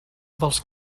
dels